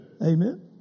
Amen